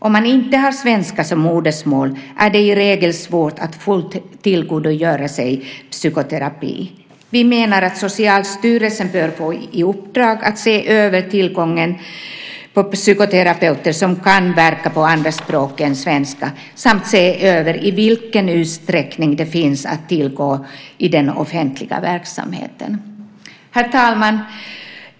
Om man inte har svenska som modersmål är det i regel svårt att fullt ut tillgodogöra sig psykoterapi. Vi menar att Socialstyrelsen bör få i uppdrag att se över tillgången på psykoterapeuter som kan verka på andra språk än svenska samt se över i vilken utsträckning de finns att tillgå i den offentliga verksamheten. Herr talman!